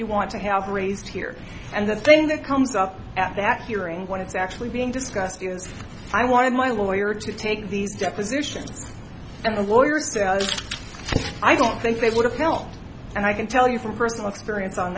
you want to have raised here and the thing that comes up at that hearing when it's actually being discussed is i wanted my lawyer to take these depositions and the lawyers i don't think they would have helped and i can tell you from personal experience on